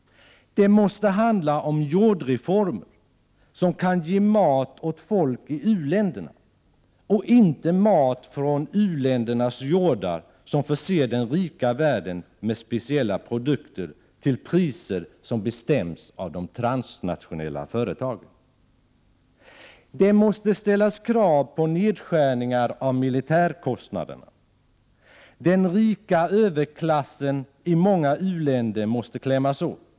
Det måste handla om jordreformer som kan ge mat åt folk i u-länderna, och inte om att mat tas från u-ländernas jordar, som förser den rika världen med speciella produkter till priser som bestäms av de transnationella företagen. Det måste ställas krav på nedskärningar av militärkostnaderna. Den rika överklassen i många u-länder måste klämmas åt.